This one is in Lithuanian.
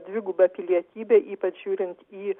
dvigubą pilietybę ypač žiūrint į